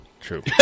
True